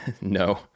No